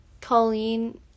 Colleen